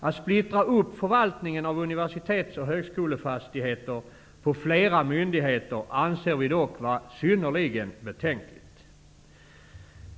Att splittra upp förvaltningen av universitets och högskolefastigheter på flera myndigheter anser vi dock vara synnerligen betänkligt.